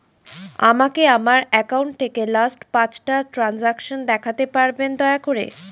আমাকে আমার অ্যাকাউন্ট থেকে লাস্ট পাঁচটা ট্রানজেকশন দেখাতে পারবেন দয়া করে